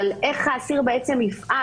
אבל איך האסיר בעצם יפעל?